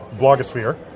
blogosphere